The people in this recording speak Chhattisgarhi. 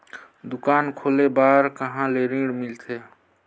दुकान खोले बार कहा ले ऋण मिलथे?